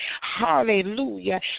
hallelujah